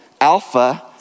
alpha